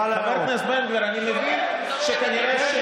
תודה רבה, אדוני היושב-ראש.